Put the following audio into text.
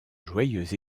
joyeuse